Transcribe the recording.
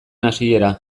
hasiera